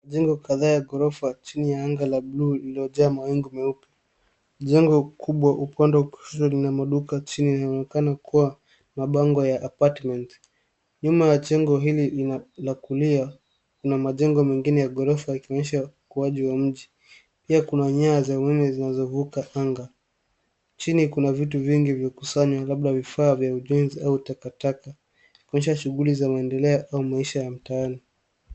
Jengo kadhaa ya ghorofa chini ya anga la buluu ,lililojaa mawingu meupe. Jengo kubwa upande wa kushoto lina maduka chini inayoonekana kuwa mabango ya apartments . Nyuma ya jengo hili lina la kulia kuna majengo mengine ya ghorofa ikionyesha ukuaji wa mji. Pia kuna nyaya za umeme zinazovuka anga. Chini kuna vitu vingi vilivyokusanywa labda vifaa vya ujenzi au takataka kuonyesha shughuli za maendeleo au maisha ya mtaani.